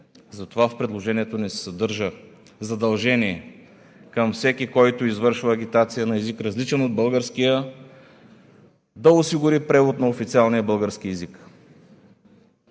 затова в предложението ни се съдържа задължение към всеки, който извършва агитация на език, различен от българския, да осигури превод на официалния български език.